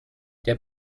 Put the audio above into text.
der